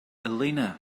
elena